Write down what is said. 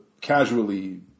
casually